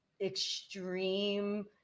extreme